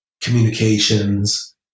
communications